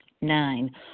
Nine